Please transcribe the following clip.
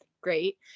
Great